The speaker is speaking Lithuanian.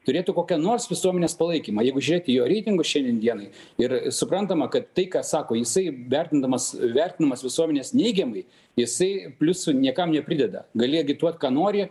turėtų kokią nors visuomenės palaikymą jeigu žiūrėt į jo reitingus šiandien dienai ir suprantama kad tai ką sako jisai vertindamas vertinamas visuomenės neigiamai jisai pliusų niekam neprideda gali agituot ką nori